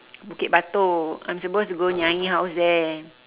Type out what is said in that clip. bukit-batok I'm supposed to go to nyai house there